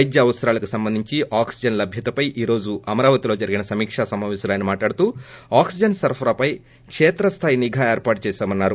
వైద్య అవసరాలకు సంబంధించి ఆక్సిజన్ లభ్యతపై ఈ రోజు అమరావతిలో జరిగిన సమీక్ష సమాపేశంలో ఆయన మాట్లాడుతూ ఆక్సిజన్ సరఫరాపై కేత్రస్థాయి నిఘా ఏర్పాటు చేశామన్సారు